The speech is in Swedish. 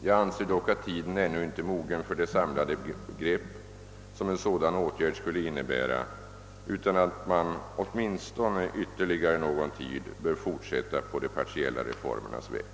Jag anser dock att tiden ännu inte är mogen för det samlade grepp som en sådan åtgärd skulle innebära utan att man åtminstone ytterligare någon tid bör fortsätta på de partiella reformernas väg.